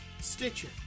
Stitcher